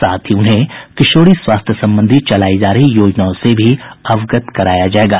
साथ ही उन्हें किशोरी स्वास्थ्य संबंधी चलाई जा रही योजनाओं से भी अवगत कराया जायेगा